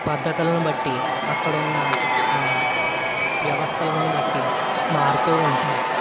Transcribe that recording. పద్ధతులను బట్టి అక్కడ ఉన్న వ్యవస్థలను బట్టి మారుతూ ఉంటాయి